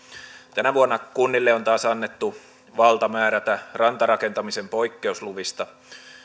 tänä vuonna kunnille on taas annettu valta määrätä rantarakentamisen poik keusluvista